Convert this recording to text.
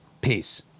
peace